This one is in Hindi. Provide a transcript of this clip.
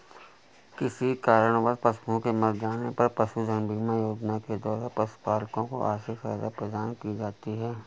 किसी कारणवश पशुओं के मर जाने पर पशुधन बीमा योजना के द्वारा पशुपालकों को आर्थिक सहायता प्रदान की जाती है